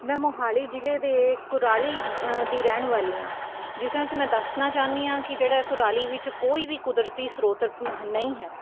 ਮੈਂ ਮੋਹਾਲੀ ਜ਼ਿਲ੍ਹੇ ਦੇ ਕੁਰਾਲੀ ਦੀ ਰਹਿਣ ਵਾਲੀ ਹਾਂ ਜਿਸ ਤਰ੍ਹਾਂ ਕਿ ਮੈਂ ਦੱਸਣਾ ਚਾਹੁੰਦੀ ਹਾਂ ਕਿ ਜਿਹੜਾ ਕੁਰਾਲੀ ਵਿੱਚ ਕੋਈ ਵੀ ਕੁਦਰਤੀ ਸਰੋਤਰ ਮ ਨਹੀਂ ਹੈ